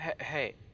hey